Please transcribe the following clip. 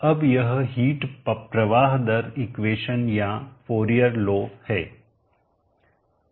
अब यह हिट प्रवाह दर इक्वेशन या फौरिएर लॉ है